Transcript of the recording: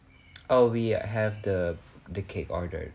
oh ya I have the the cake ordered